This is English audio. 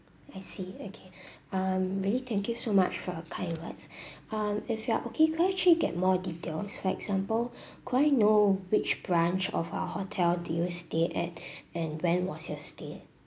I see okay um really thank you so much for your kind words um if you are okay could I actually get more details for example could I know which branch of our hotel do you stay at and when was your stay